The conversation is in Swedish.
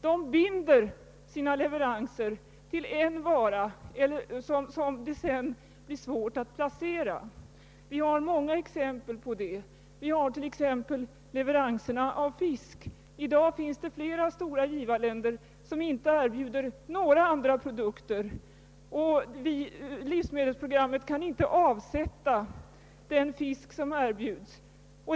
Man binder sina leveranser till en vara som sedan blir svår att placera. Det finns många exempel på detta, ett är fiskleveranserna. I dag finns det flera stora givarländer som inte erbjuder några andra produkter, och inom livsmedelsprogrammet kan man inte finna avsättning för all denna fisk.